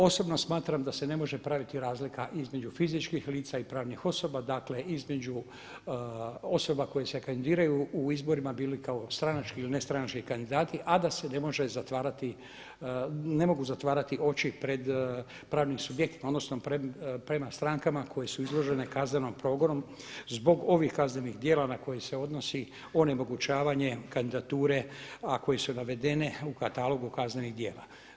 Osobno smatram da se ne može praviti razlika između fizičkih lica i pravnih osoba, dakle između osoba koje se kandidiraju u izborima, bili kao stranački ili ne stranački kandidati a da se ne mogu zatvarati oči pred pravnim subjektima, odnosno prema strankama koje su izložene kaznenom progonu zbog ovih kaznenih djela na koje se odnosi onemogućavanje kandidature a koje su navedene u katalogu kaznenih djela.